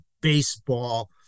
baseball